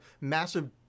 massive